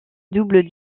double